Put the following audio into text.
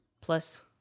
plus